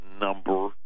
number